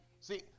See